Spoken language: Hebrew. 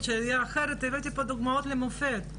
של עיר אחרת והבאתי פה דוגמאות למופת,